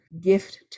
gift